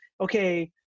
okay